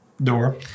door